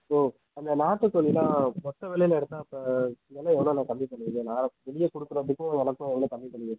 ஓ அந்த நாட்டுக்கோழிலாம் மொத்த விலையில எடுத்தா இப்போ வில எவ்வளோண்ணா கம்மி பண்ணுவிங்க நான் வெளியில கொடுக்கறதுக்கும் எனக்கும் எவ்வளோ கம்மி பண்ணுவிங்க